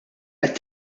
qed